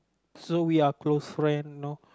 so we are close friends no